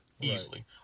Easily